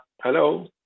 hello